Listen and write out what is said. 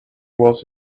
was